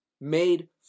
made